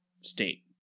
state